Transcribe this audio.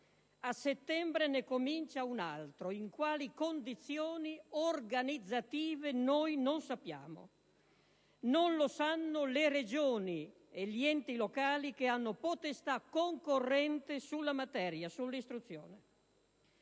A settembre ne comincia un altro: in quali condizioni organizzative noi non sappiamo. Non lo sanno le Regioni e gli enti locali che hanno potestà concorrente sulla materia, sull'istruzione.